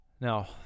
now